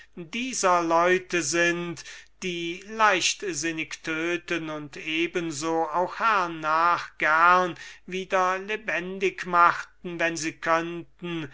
dieser leute sein die leichtsinnig töten und ebenso auch hernach gern wieder lebendig machten wenn sie könnten